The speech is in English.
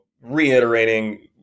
reiterating